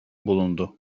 bulundu